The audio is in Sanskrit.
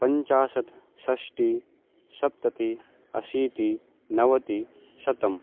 पञ्चाशत् षष्टिः सप्ततिः अशीतिः नवतिः शतम्